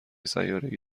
سیارهای